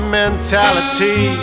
mentality